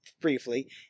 briefly